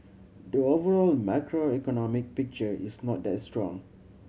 the overall macroeconomic picture is not that strong